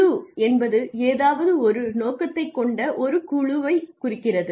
குழு என்பது ஏதாவது ஒரு நோக்கத்தைக் கொண்ட ஒரு குழுவைக் குறிக்கிறது